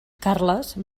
carles